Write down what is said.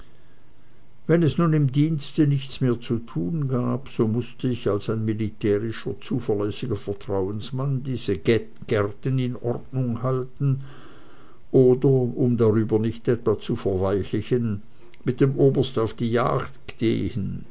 wenn es nun im dienste nichts mehr zu tun gab so mußte ich als ein militärischer zuverlässiger vertrauensmann diese gärten in ordnung halten oder um darüber nicht etwa zu verweichlichen mit dem oberst auf die jagd gehen